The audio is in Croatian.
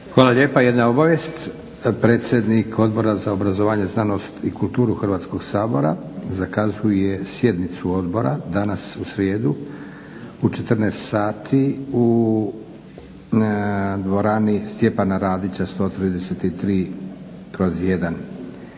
Hvala lijepa. Jedna obavijest. Predsjednik Odbora za obrazovanje, znanost i kulturu Hrvatskog sabora zakazuje sjednicu Odbora danas u srijedu u 14,00 sati u dvorani Stjepana Radića, 133/I.